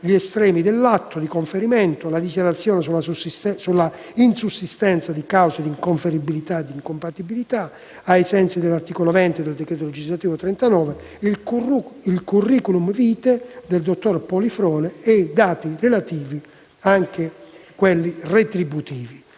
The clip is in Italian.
gli estremi dell'atto di conferimento, la dichiarazione sulla insussistenza di cause di inconferibilità o incompatibilità ai sensi dell'articolo 20 del decreto legislativo n. 39 del 2013, il *curriculum vitae* del dottor Polifrone e i relativi dati retributivi.